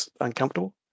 uncomfortable